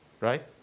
Right